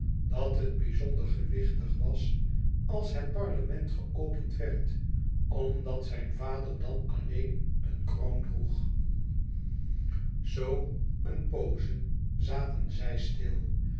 dat het bizonder gewichtig was als het parlement geopend werd omdat zijn vader dàn alleen een kroon droeg zoo een pooze zaten zij stil